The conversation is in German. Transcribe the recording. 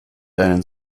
einen